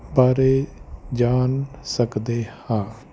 ਬਾਰੇ ਜਾਣ ਸਕਦੇ ਹਾਂ